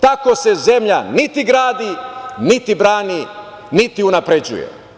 Tako se zemlja niti gradi, niti brani, niti unapređuje.